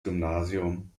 gymnasium